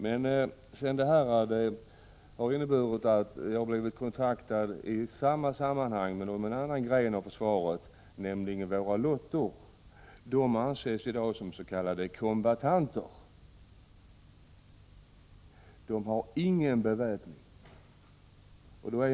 I detta sammanhang har jag även kommit i kontakt med en annan gren av försvaret, nämligen med våra lottor. Dessa anses i dag vara s.k. kombattanter. Men de har ingen beväpning.